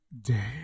day